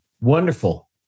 Wonderful